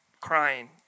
crying